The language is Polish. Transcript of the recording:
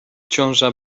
ciąża